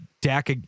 Dak